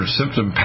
symptom